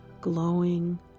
glowing